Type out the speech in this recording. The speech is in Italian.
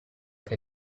che